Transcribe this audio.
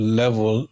level